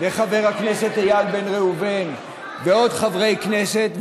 וחבר הכנסת איל בן ראובן ועוד חברי כנסת,